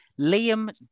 Liam